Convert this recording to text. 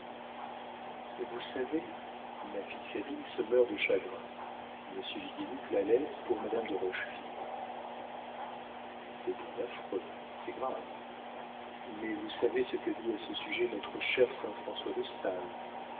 vous savez ma fille sabine se meurt de chagrin monsieur du guénic la laisse pour madame de rochefide c'est bien affreux c'est grave mais vous savez ce que dit à ce sujet notre cher saint françois de sales